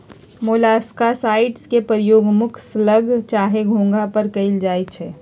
मोलॉक्साइड्स के प्रयोग मुख्य स्लग चाहे घोंघा पर कएल जाइ छइ